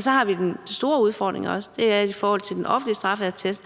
Så har vi også den store udfordring, at i forhold til den offentlige straffeattest